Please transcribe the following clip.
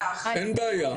אין בעיה.